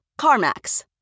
CarMax